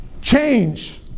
Change